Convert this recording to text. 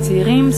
זה צעירים,